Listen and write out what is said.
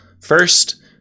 First